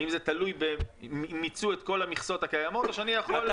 האם זה תלוי אם מיצו את כל המכסות הקיימות או שאני יכול את